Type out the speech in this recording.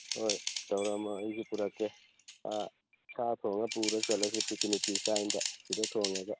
ꯍꯣꯏ ꯇꯧꯔꯝꯃꯣ ꯑꯩꯁꯨ ꯄꯨꯔꯛꯀꯦ ꯁꯥ ꯊꯣꯡꯉ ꯄꯨꯔ ꯆꯠꯂꯁꯤ ꯄꯤꯀꯤꯅꯤꯛꯀꯤ ꯏꯁꯇꯥꯏꯜꯗ ꯁꯤꯗ ꯊꯣꯡꯉꯒ